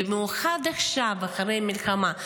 במיוחד עכשיו אחרי המלחמה,